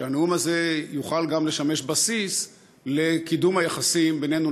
שהנאום הזה יוכל גם לשמש בסיס לקידום היחסים בינינו